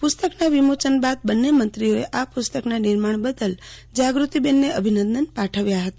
પુસ્તકના વિમોચન બાદ બન્ને મંત્રીઓએ આ પુસ્તકના નિર્માણ બદલ જાગૃતિબેનને અભિનંદન પાઠવ્યા ફતા